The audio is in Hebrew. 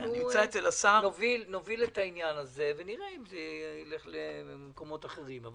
נוביל את העניין הזה ונראה אם זה ילך למקומות אחרים.